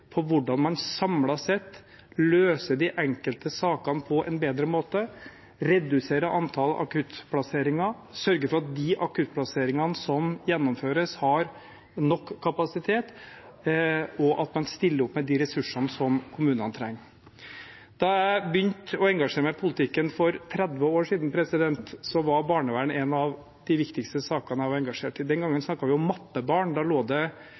hvordan man samlet sett løser de enkelte sakene på en bedre måte, reduserer antallet akuttplasseringer, sørger for nok kapasitet til de akuttplasseringene som gjennomføres, og stiller opp med de ressursene som kommunene trenger. Da jeg begynte å engasjere meg i politikken for 30 år siden, var barnevernet en av de viktigste sakene jeg var engasjert i. Den gangen snakket vi om mappebarn. Da lå det